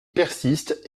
persiste